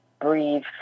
breathe